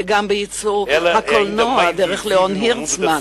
וגם בקולנוע דרך ליאון הירצמן,